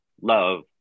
love